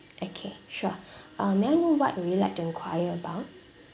okay sure uh may I know what would you like to enquire about